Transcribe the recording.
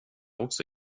också